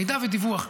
מידע ודיווח.